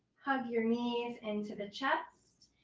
hug your knees into the chest.